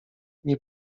nie